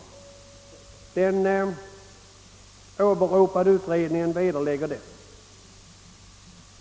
Den åberopade utredningen vederlägger detta.